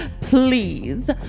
Please